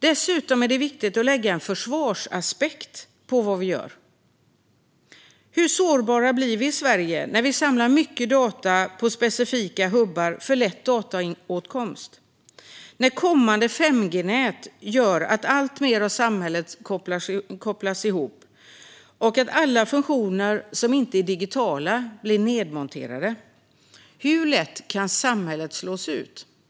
Dessutom är det viktigt att lägga en försvarsaspekt på vad vi gör. Hur sårbara blir vi i Sverige när vi samlar mycket data på specifika hubbar för lätt dataåtkomst och när kommande 5G-nät gör att alltmer av samhället kopplas ihop och att alla funktioner som inte är digitala blir nedmonterade? Hur lätt kan samhället slås ut?